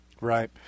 Right